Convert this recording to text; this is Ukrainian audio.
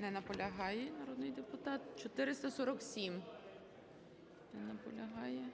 Не наполягає народний депутат. 447. Не наполягає.